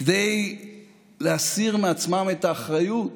כדי להסיר מעצמם את האחריות